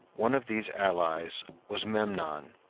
one of these allies was memnon,